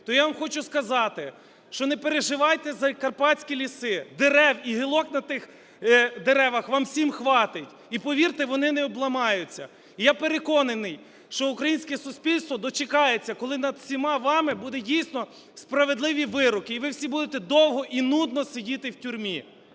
то я вам хочу сказати, що не переживайте за карпатські ліси, дерев і гілок на тих деревах вам всім хватить. І повірте, вони не обламаються. І я переконаний, що українське суспільство дочекається, коли над всіма вами будуть, дійсно, справедливі вироки, і ви всі будете довго і нудно сидіти в тюрмі.